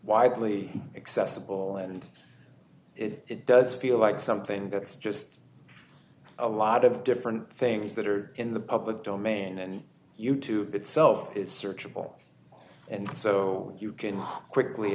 widely accessible and it does feel like something that's just a lot of different things that are in the public domain and you tube itself is searchable and so you can quickly